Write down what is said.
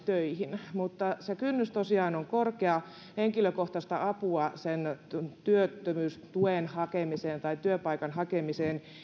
töihin mutta se kynnys tosiaan on korkea henkilökohtaista apua sen työttömyystuen hakemiseen tai työpaikan hakemiseen